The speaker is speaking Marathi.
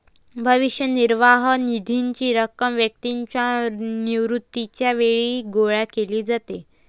भविष्य निर्वाह निधीची रक्कम व्यक्तीच्या निवृत्तीच्या वेळी गोळा केली जाते